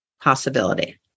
possibility